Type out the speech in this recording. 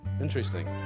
interesting